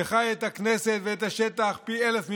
שחי את הכנסת ואת השטח פי אלף ממך: